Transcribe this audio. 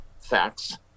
facts